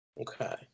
Okay